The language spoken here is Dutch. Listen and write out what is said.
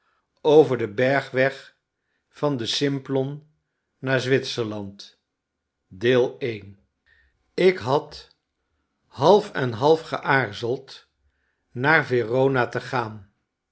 over den bergweg van den simplon naar zwitserland ik had half en half geaarzeld naar verona te gaan